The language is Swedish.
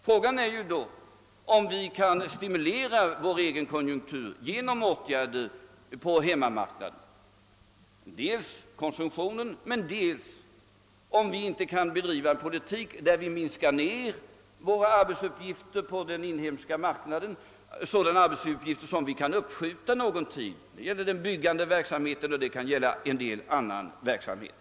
Frågan är då om vi kan stimulera vår egen konjunktur genom åtgärder på hemmamarknaden. Det gäller konsumtionen men det gäller också frågan om vi inte kan bedriva en politik som innebär att vi slår av på utförandet av sådana arbetsuppgifter på den inhemska marknaden som det går att uppskjuta någon tid. Det gäller byggnadsverksamheten och det kan gälla viss annan verksamhet.